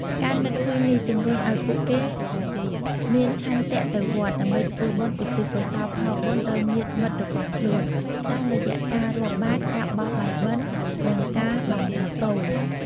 ការនឹកឃើញនេះ ជំរុញឲ្យពួកគេមាន ឆន្ទៈទៅវត្ត ដើម្បីធ្វើបុណ្យឧទ្ទិសកុសលផលបុណ្យដល់ញាតិមិត្តរបស់ខ្លួន តាមរយៈការរាប់បាត្រ ការបោះបាយបិណ្ឌ និងការបង្សុកូល។